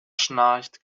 schnarcht